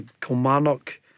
Kilmarnock